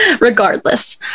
Regardless